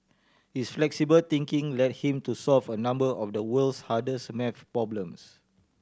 his flexible thinking led him to solve a number of the world's hardest math problems